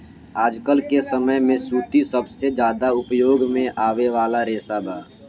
आजकल के समय में सूती सबसे ज्यादा उपयोग में आवे वाला रेशा बा